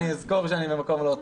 אני אזכור שאני במקום לא טוב.